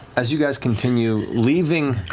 as you guys continue leaving